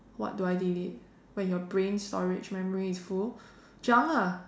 what do I delete when your brain storage memory is full junk ah